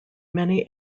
many